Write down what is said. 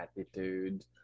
attitude